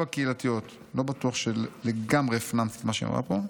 הקהילתיות" לא בטוח שלגמרי הפנמתי את מה שהיא אמרה פה.